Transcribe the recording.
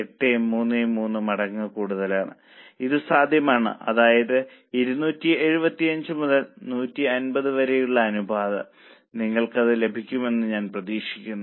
833 മടങ്ങ് കൂടുതലാണ് ഇത് സാധ്യമാണ് അതായത് 275 മുതൽ 150 വരെയുള്ള അനുപാതം നിങ്ങൾക്ക് അത് ലഭിക്കുമെന്ന് ഞാൻ പ്രതീക്ഷിക്കുന്നു